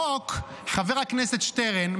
חבר הכנסת שטרן,